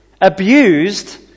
abused